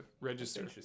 register